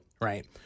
Right